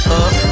up